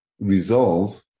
resolve